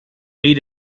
made